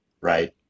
right